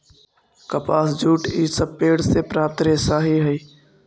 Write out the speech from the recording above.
कपास, जूट इ सब पेड़ से प्राप्त रेशा ही हई